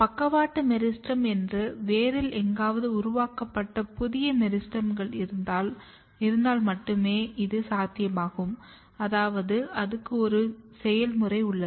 பக்கவாட்டு மெரிஸ்டெம் என்று வேரில் எங்காவது உருவாக்கப்பட்ட புதிய மெரிஸ்டெம்கள் இருந்தால் மட்டுமே இது சாத்தியமாகும் அதாவது அதுக்கு ஒரு செயல்முறை உள்ளது